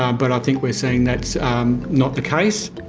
um but i think we are seeing that's um not the case.